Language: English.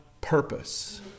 purpose